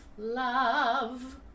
Love